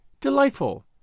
Delightful